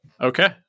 Okay